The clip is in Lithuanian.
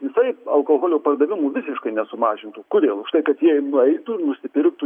jisai alkoholio pardavimų visiškai nesumažintų kodėl už tai kad jie nueitų nusipirktų